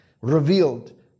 revealed